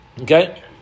Okay